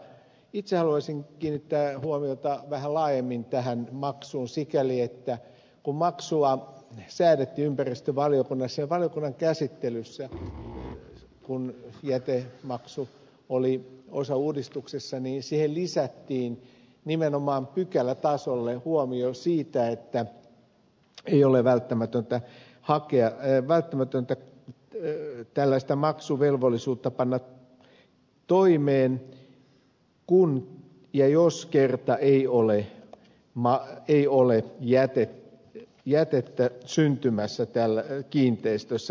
itse haluaisin kiinnittää huomiota vähän laajemmin tähän maksuun sikäli että kun maksua säädettiin ympäristövaliokunnassa ja valiokunnan käsittelyssä kun jätemaksu oli osauudistuksessa niin siihen lisättiin nimenomaan pykälätasolle huomio siitä että ei ole välttämätöntä tällaista maksuvelvollisuutta panna toimeen kun ja jos kerran ei ole jätettä syntymässä kiinteistössä